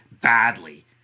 badly